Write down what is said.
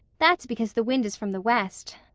that's because the wind is from the west.